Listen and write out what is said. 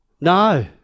No